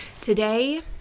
Today